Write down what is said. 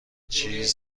چیز